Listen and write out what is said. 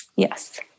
Yes